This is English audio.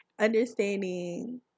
understanding